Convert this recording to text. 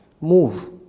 move